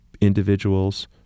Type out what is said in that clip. individuals